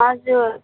हजुर